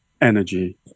energy